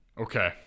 Okay